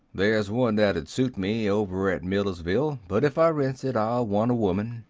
there's one that'd suit me over at millersville. but ef i rents it i'll want a woman.